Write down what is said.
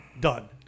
done